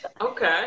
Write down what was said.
okay